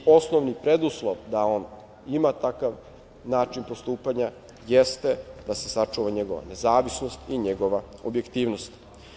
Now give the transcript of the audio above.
Osnovni preduslov da on ima takav način postupanja jeste da se sačuva njegova nezavisnost i njegova objektivnost.